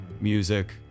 music